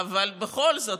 אבל בכל זאת,